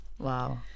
wow